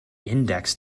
index